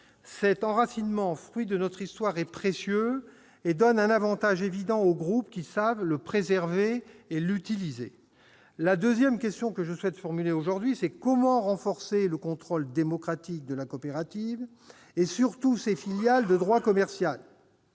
Cet enracinement, fruit de notre histoire, est précieux et donne un avantage évident aux groupes qui savent le préserver et l'utiliser. Deuxième question que je souhaite formuler aujourd'hui : comment renforcer le contrôle démocratique de la coopérative et, surtout, de ses filiales de droit commercial